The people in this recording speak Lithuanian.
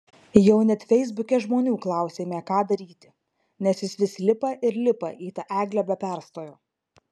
jau net feisbuke žmonių klausėme ką daryti nes jis vis lipa ir lipa į tą eglę be perstojo